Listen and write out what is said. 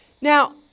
Now